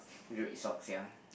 red socks ya